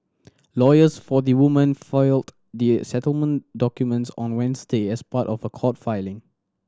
lawyers for the women filed the settlement documents on Wednesday as part of a court filing